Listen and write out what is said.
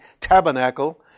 tabernacle